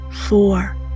four